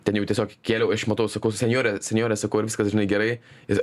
ten jau tiesiog kėliau aš matau sakau senjore senjore sakau ar viskas žinai gerai ir